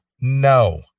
No